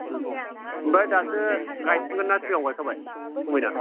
ओमफ्राय दासो गायजेनदों ना सिगाङाव गायखाबाय गुमैना